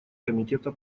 комитета